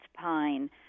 pine